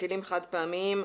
בכלים חד-פעמיים,